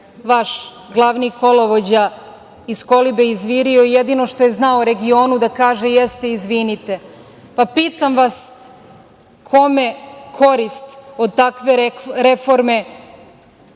vaš glavni kolovođa iz kolibe izvirio, jedino što je znao u regionu da kaže jeste – izvinite? Pitam vas – kome korist od takve reforme